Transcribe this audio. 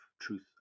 truth